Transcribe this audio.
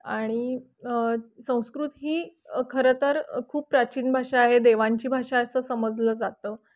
आणि संस्कृत ही खरंतर खूप प्राचीन भाषा आहे देवांची भाषा असं समजलं जातं